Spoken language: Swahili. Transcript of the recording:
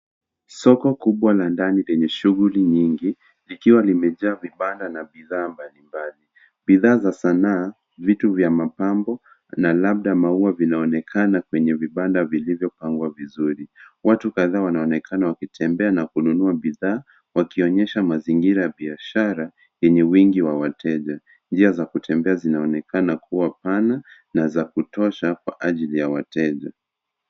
Soko kubwa la ndani lenye shughuli nyingi, likiwa limejaa vibanda na bidhaa mbalimbali. Bidhaa za sanaa, vitu vya mapambo na labda maua vinaonekana kwenye vibanda vilivyopangwa vizuri. Watu kadhaa wanaonekana wakitembea na kununua bidhaa, wakionyesha mazingira ya biashara yenye wingi ya wateja. Njia za kutembea zinaonekana kuwa pana na za kutosha kwa ajili ya wateja.